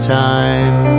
time